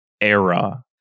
era